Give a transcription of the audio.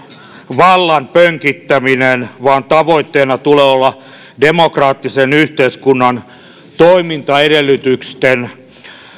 vallan pönkittäminen vaan tavoitteena tulee olla demokraattisen yhteiskunnan toimintaedellytysten